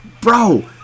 Bro